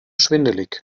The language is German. schwindelig